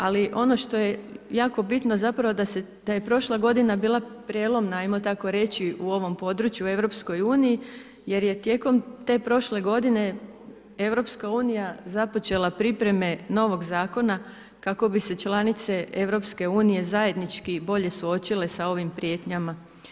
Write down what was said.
Ali ono što je jako bitno da je prošla godina bila prelomna, ajmo tako reći u ovom području u EU jer je tijekom te prošle godine EU započela pripreme novog zakona kako bi se članice EU zajednički suočile sa ovim prijetnjama.